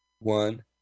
one